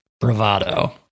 bravado